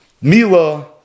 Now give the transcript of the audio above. Mila